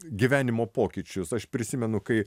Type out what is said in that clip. gyvenimo pokyčius aš prisimenu kai